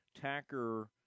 Tacker